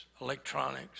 electronics